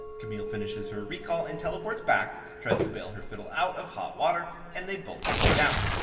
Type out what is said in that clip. camille finishes her recall and teleports back, tries to bail her fiddle out of hot water, and they both go down.